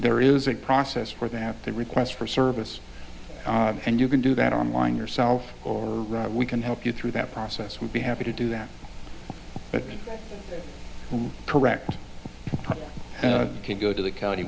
there is a process for there to requests for service and you can do that online yourself or we can help you through that process would be happy to do that but from correct and i can go to the county